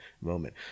moment